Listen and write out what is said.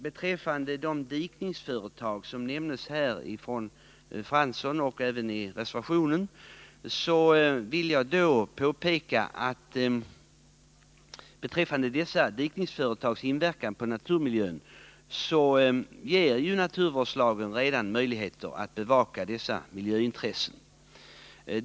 Beträffande de dikningsföretag som omnämndes här av Jan Fransson och som även berörs i reservationen vill jag påpeka att naturvårdslagen redan ger möjligheter att bevaka dessa företags inverkan på naturmiljön.